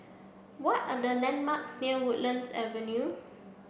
what are the landmarks near Woodlands Avenue